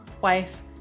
wife